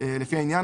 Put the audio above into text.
לפי העניין,